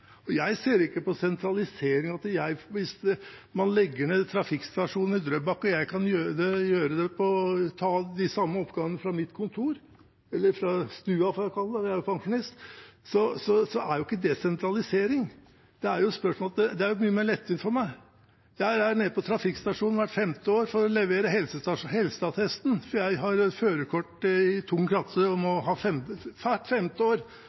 Jeg ser ikke at det er sentralisering hvis man legger ned trafikkstasjonen i Drøbak, jeg kan gjøre de samme oppgavene fra mitt kontor – eller fra stua, jeg er pensjonist. Det er ikke sentralisering, det er jo mye mer lettvint for meg. Jeg er nede på trafikkstasjonen hvert femte år for å levere helseattesten, for jeg har førerkort i tung klasse, og hvert femte år